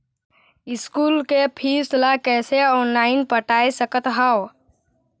School के fees ला कैसे ऑनलाइन पटाए सकत हव?